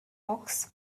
box